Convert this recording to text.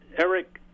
Eric